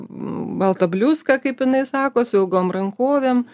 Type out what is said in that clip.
balta bliuska kaip jinai sako su ilgom rankovėm